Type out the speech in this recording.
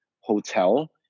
hotel